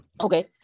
Okay